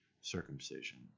circumcision